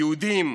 יהודים,